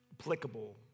applicable